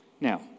Now